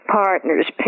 partners